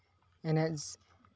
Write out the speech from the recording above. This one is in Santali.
ᱮᱱᱮᱡ